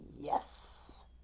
Yes